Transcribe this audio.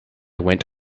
went